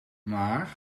maar